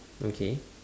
okay